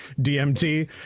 dmt